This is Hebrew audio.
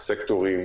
מהסקטורים.